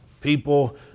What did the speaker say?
people